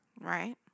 Right